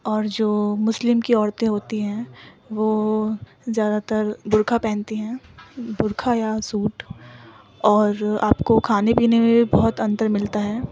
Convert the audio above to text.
اور جو مسلم کی عورتیں ہوتی ہیں وہ زیادہ تر برکھا پہنتی ہیں برکھا یا سوٹ اور آپ کو کھانے پینے میں بھی بہت انتر ملتا ہے